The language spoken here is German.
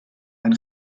ein